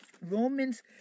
Romans